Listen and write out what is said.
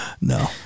No